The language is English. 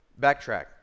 backtrack